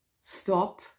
Stop